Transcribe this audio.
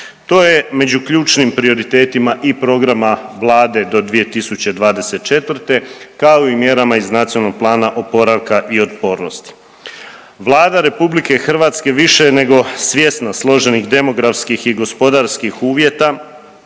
To je među ključnim prioritetima i programa vlade do 2024., kao i mjerama iz NPOO-a, Vlada RH više nego svjesna složenih demografskih i gospodarskih uvjeta